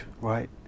right